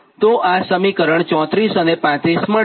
તો આ સમીકરણ 34 અને 35 મળશે